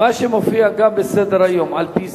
מה שמופיע גם בסדר-היום על-פי סדר-היום,